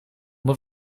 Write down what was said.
moet